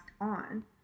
on